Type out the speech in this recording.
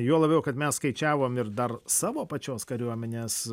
juo labiau kad mes skaičiavom ir dar savo pačios kariuomenės